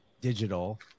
digital